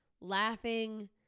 laughing